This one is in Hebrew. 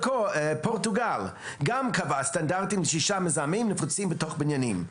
בפורטוגל גם נקבעו סטנדרטים לגבי שישה מזהמים נפוצים בתוך בניינים.